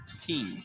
team